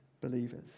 believers